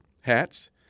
hats